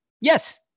Yes